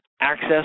access